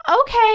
Okay